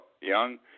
young